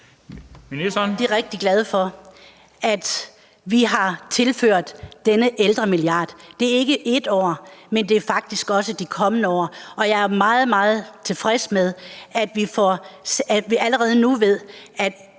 Jeg er rigtig glad for, at vi har tilført denne ældremilliard. Det er ikke et år, men det er faktisk også det kommende år. Jeg er meget, meget tilfreds med, at vi allerede nu ved,